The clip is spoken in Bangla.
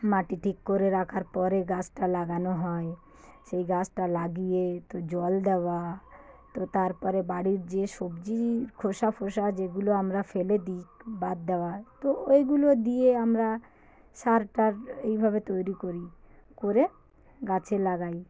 মাটি ঠিক করে রাখার পরে গাছটা লাগানো হয় সেই গাছটা লাগিয়ে তো জল দেওয়া তো তারপরে বাড়ির যে সবজি খোসা ফোসা যেগুলো আমরা ফেলে দিই বাদ দেওয়া তো ওইগুলো দিয়ে আমরা সার টার এইভাবে তৈরি করি করে গাছে লাগাই